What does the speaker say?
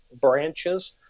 branches